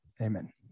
amen